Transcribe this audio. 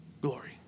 glory